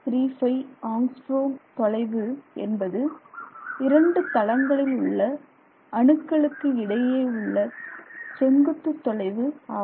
35 angstrom தொலைவு என்பது இரண்டு தளங்களில் உள்ள அணுக்களுக்கு இடையே உள்ள செங்குத்து தொலைவு ஆகும்